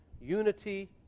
Unity